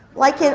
like,